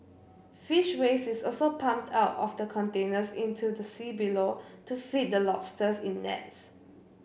fish waste is also pumped out of the containers into the sea below to feed the lobsters in nets